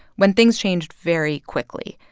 when things changed very quickly.